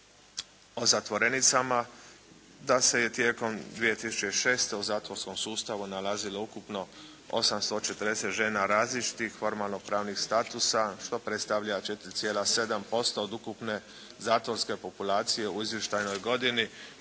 o zatvorenicama da se je tijekom 2006. u zatvorskom sustavu nalazilo ukupno 840 žena različitih formalno pravnih statusa, što predstavlja 4,7% od ukupne zatvorske populacije u izvještajnoj godini,